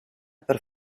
per